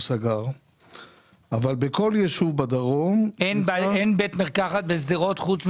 אין בית מרקחת בשדרות?